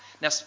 Now